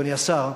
אדוני השר,